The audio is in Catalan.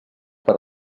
per